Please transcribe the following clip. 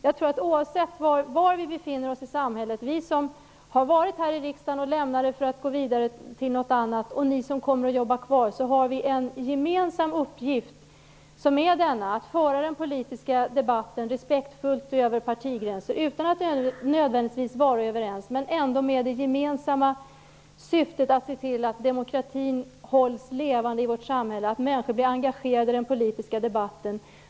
Jag tror att oavsett var vi befinner oss i samhället -- vi som har varit här i riksdagen och lämnar den för att gå vidare till något annat och ni som kommer att jobba kvar -- har vi en gemensam uppgift att respektfullt föra den politiska debatten över partigränser utan att nödvändigtvis vara överens. Vi har ändå det gemensamma syftet att se till att demokratin hålls levande i vårt samhälle och att människor blir engagerade i den politiska debatten.